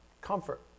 comfort